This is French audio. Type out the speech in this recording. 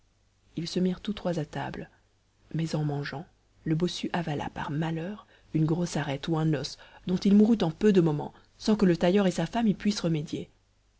ils se mirent tous trois à table mais en mangeant le bossu avala par malheur une grosse arête ou un os dont il mourut en peu de moments sans que le tailleur et sa femme y puissent remédier